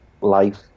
life